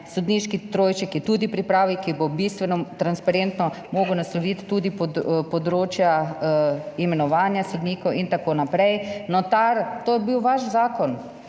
Sodniški trojček je tudi v pripravi, ki bo bistveno transparentno moral nasloviti tudi področja imenovanja sodnikov in tako naprej. Notar, to je bil vaš zakon,